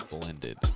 Blended